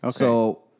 Okay